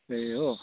ए हो